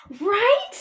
Right